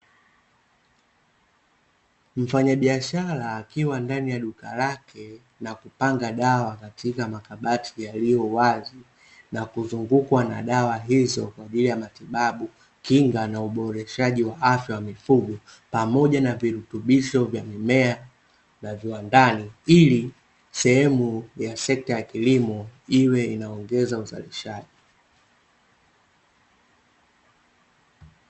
Mfanyabishara akiwa ndani ya duka lake na kupanga dawa katika makabati yaliyowazi na kuzungukwa na dawa hizo kwaajili ya matibabu kinga na uboreshaji wa afya ya mifugo pamoja na virutubisho vya mimea za viwandani, ili sehemu ya sekta ya kilimo iwe inaongeza uzalishaji.